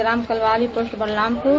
गांव कलवारी पोस्ट बलरामपुर